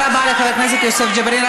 תודה רבה לחבר הכנסת יוסף ג'בארין.